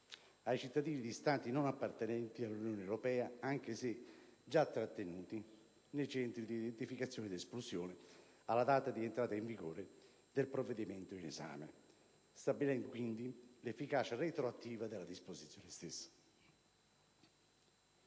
i cittadini di Stati non appartenenti all'Unione europea, anche se già trattenuti nei centri di identificazione ed espulsione alla data di entrata in vigore del provvedimento in esame, stabilendo quindi l'efficacia retroattiva della disposizione stessa.